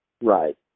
Right